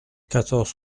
quatorze